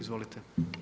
Izvolite.